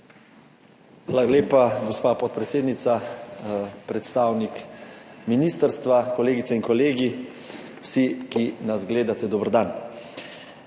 Hvala lepa, gospa podpredsednica. Predstavnik ministrstva, kolegice in kolegi, vsi, ki nas gledate, dober dan!